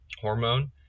hormone